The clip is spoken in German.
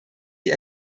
die